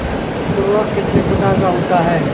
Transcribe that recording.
उर्वरक कितने प्रकार का होता है?